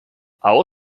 aho